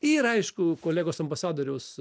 ir aišku kolegos ambasadoriaus